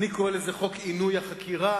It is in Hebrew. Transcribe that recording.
אני קורא לזה "חוק עינוי החקירה",